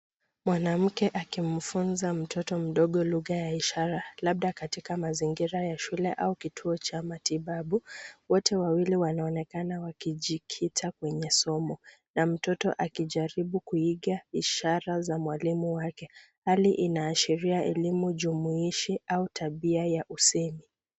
Mwanamke akimfunza mtoto mdogo lugha ya ishara labda katika mazingira ya shule au kituo cha matibabu. Wote wawili wakionekana wakijikita kwenye somo na mtoto akijaribu kuiga ishara za mwalimu wake. Hali inaashiria elimu jumuishi au tabia ya usemi.